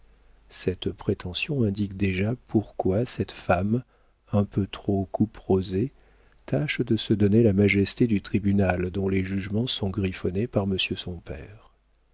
cette prétention indique déjà pourquoi cette femme un peu trop couperosée tâche de se donner la majesté du tribunal dont les jugements sont griffonnés par monsieur son père